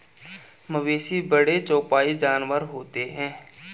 मवेशी बड़े चौपाई जानवर होते हैं